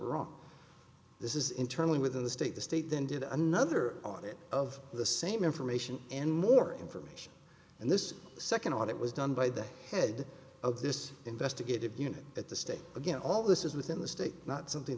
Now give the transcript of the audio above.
wrong this is internally within the state the state then did another audit of the same information and more information and this second audit was done by the head of this investigative unit at the state again all this is within the state not something